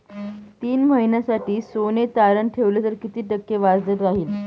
तीन महिन्यासाठी सोने तारण ठेवले तर किती टक्के व्याजदर राहिल?